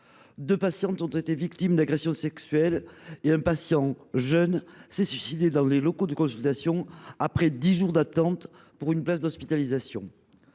deux patientes ont été victimes d’agressions sexuelles et un jeune patient s’est suicidé dans les locaux de consultation après dix jours d’attente pour être hospitalisé.